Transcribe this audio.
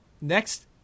next